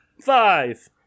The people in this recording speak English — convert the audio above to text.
Five